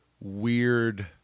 weird